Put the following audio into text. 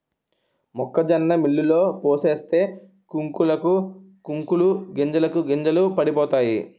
మొక్కజొన్న మిల్లులో పోసేస్తే కంకులకు కంకులు గింజలకు గింజలు పడిపోతాయి